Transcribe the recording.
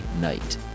night